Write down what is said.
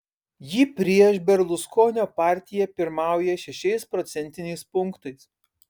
ji prieš berluskonio partiją pirmauja šešiais procentiniais punktais